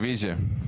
רביזיה.